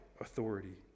authority